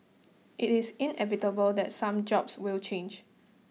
it is inevitable that some jobs will change